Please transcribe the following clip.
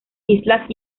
islas